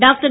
doctor